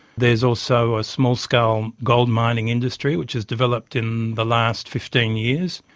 there is also a small-scale gold mining industry which has developed in the last fifteen years,